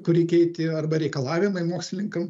kurį keitė arba reikalavimai mokslininkam